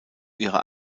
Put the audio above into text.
ihrer